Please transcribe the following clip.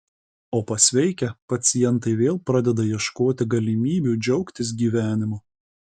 o pasveikę pacientai vėl pradeda ieškoti galimybių džiaugtis gyvenimu